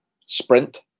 sprint